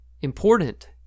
important